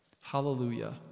Hallelujah